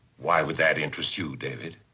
why would that interest you, david?